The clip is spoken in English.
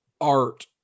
art